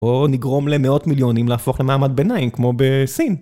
או נגרום למאות מיליונים להפוך למעמד ביניים כמו בסין